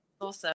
awesome